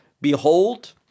behold